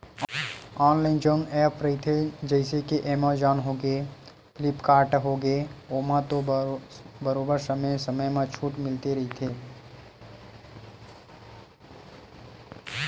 online जउन app रहिथे जइसे के एमेजॉन होगे, फ्लिपकार्ट होगे ओमा तो बरोबर समे समे म छूट मिलते रहिथे